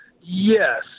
Yes